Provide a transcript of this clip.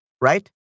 Right